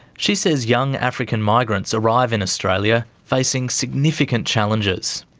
she says young african migrants arrive in australia facing significant challenges.